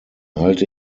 halte